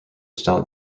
style